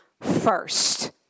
first